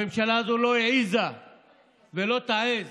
הממשלה הזאת לא העזה ולא תעז